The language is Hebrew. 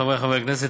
חברי חברי הכנסת,